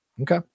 Okay